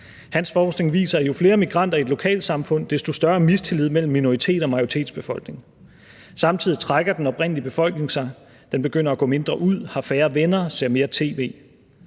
Hans forskning viser, at jo flere migranter i lokale samfund, desto større mistillid mellem minoritets- og majoritetsbefolkning. Samtidig trækker den oprindelige befolkning sig. Den begynder at gå mindre ud, har færre venner, ser mere tv.